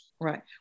Right